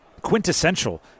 quintessential